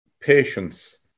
patience